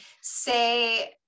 say